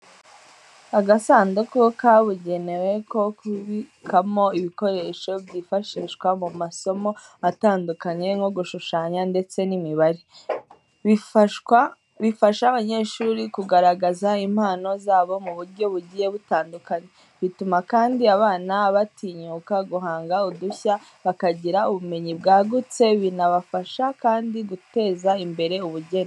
Agasanduku kabugenewe ko kubikamo ibikoresho byifashishwa mu masomo atandukanye nko gushushanya ndetse n'imibare. Bifasha abanyeshuri kugaragaza impano zabo mu buryo bugiye butandukanye, bituma kandi abana batinyuka guhanga udushya, bakagira ubumenyi bwagutse, binabafasha kandi guteza imbere ubugeni.